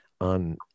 on